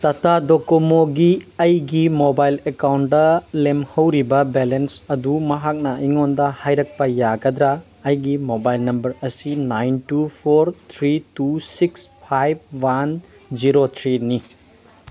ꯇꯥꯇꯥ ꯗꯣꯀꯣꯃꯣꯒꯤ ꯑꯩꯒꯤ ꯃꯣꯕꯥꯏꯜ ꯑꯦꯛꯀꯥꯎꯟꯗ ꯂꯦꯝꯍꯧꯔꯤꯕ ꯕꯦꯂꯦꯟꯁ ꯑꯗꯨ ꯃꯍꯥꯛꯅ ꯑꯩꯉꯣꯟꯗ ꯍꯥꯏꯔꯛꯄ ꯌꯥꯒꯗ꯭ꯔꯥ ꯑꯩꯒꯤ ꯃꯣꯕꯥꯏꯜ ꯅꯝꯕꯔ ꯑꯁꯤ nine two four three two six five one zero ꯊ꯭ꯔꯤꯅꯤ